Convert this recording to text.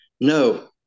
No